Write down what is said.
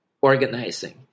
organizing